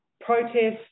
Protests